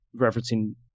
Referencing